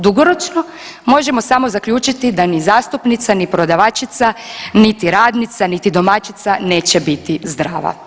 Dugoročno možemo samo zaključiti da ni zastupnica, ni prodavačica, niti radnica, niti domaćica neće biti zdrava.